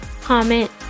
comment